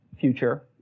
future